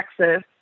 Texas